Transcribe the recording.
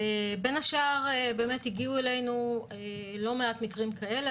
בין השאר הגיעו אלינו לא מעט מקרים כאלה.